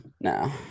No